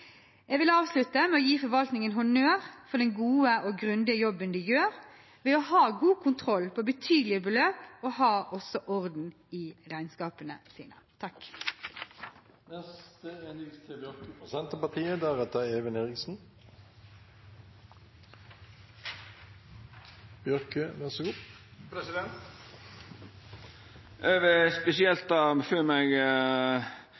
Jeg vil jeg avslutte med å gi forvaltningen honnør for den gode og grundige jobben de gjør ved å ha god kontroll på betydelige beløp og ha orden i regnskapene sine.